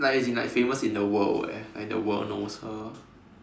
like as in like famous in the world eh like the world knows her